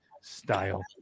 style